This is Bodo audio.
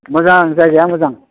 मोजां जायगाया मोजां